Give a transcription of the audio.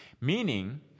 Meaning